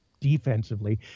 defensively